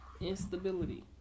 instability